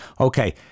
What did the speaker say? Okay